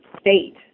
state